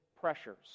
pressures